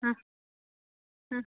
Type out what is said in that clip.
ಹಾಂ ಹಾಂ